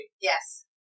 Yes